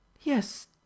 Yes